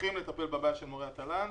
לטפל בבעיה של מורי התל"ן,